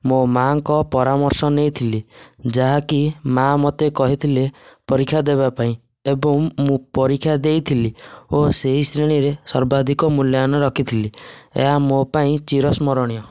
ମୋ ମା'ଙ୍କ ପରାମର୍ଶ ନେଇଥିଲି ଯାହାକି ମା' ମୋତେ କହିଥିଲେ ପରୀକ୍ଷା ଦେବା ପାଇଁ ଏବଂ ମୁଁ ପରୀକ୍ଷା ଦେଇଥିଲି ଓ ସେହି ଶ୍ରେଣୀରେ ସର୍ବାଧିକ ମୂଲ୍ୟାୟନ ରଖିଥିଲି ଏହା ମୋ ପାଇଁ ଚୀର ସ୍ମରଣୀୟ